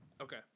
Okay